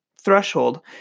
threshold